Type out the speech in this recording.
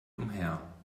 umher